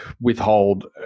withhold